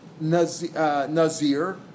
nazir